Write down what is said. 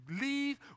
leave